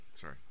Sorry